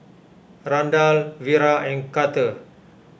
Randall Vira and Carter